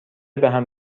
بهم